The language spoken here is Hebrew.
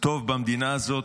טוב במדינה הזו,